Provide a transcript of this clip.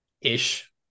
ish